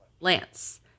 Lance